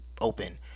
open